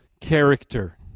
character